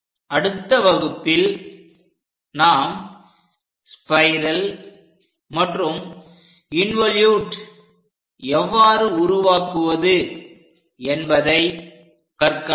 அடுத்த வகுப்பில் நாம் ஸ்பைரல் மற்றும் இன்வோலுட் எவ்வாறு உருவாக்குவது என்பதை கற்கலாம்